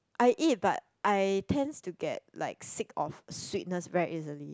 I eat but I tends to get like sick of sweetness very easily